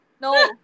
No